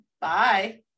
Bye